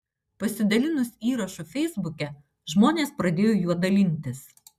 pasidalinus įrašu feisbuke žmonės pradėjo juo dalintis